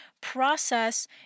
process